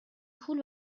پول